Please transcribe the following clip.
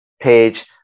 page